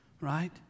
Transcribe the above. Right